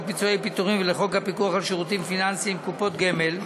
פיצויי פיטורים ולחוק הפיקוח על שירותים פיננסיים (קופות גמל),